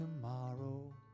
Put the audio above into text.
tomorrow